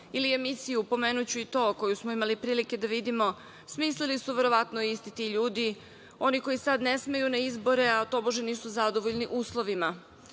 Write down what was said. ili emisiju, pomenuću i to, koju smo imali prilike da vidimo, smislili su verovatno isti ti ljudi, oni koji sad ne smeju na izbore a, tobože, nisu zadovoljni uslovima.